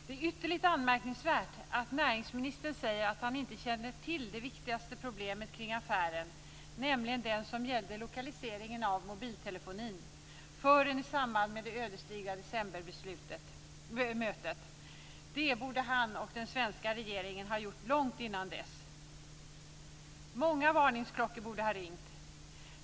Det är ytterligt anmärkningsvärt att näringsministern säger att han inte kände till det viktigaste problemet kring affären, nämligen det som gällde lokaliseringen av mobiltelefonin, förrän i samband med det ödesdigra decembermötet. Det borde han och den svenska regeringen ha gjort långt innan dess. Många varningsklockor borde ha ringt.